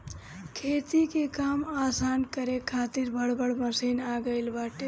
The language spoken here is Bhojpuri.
खेती के काम आसान करे खातिर बड़ बड़ मशीन आ गईल बाटे